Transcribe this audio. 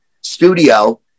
studio